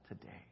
today